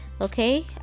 okay